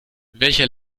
welcher